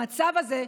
במצב הזה,